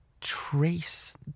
trace